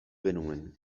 genuen